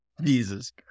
Jesus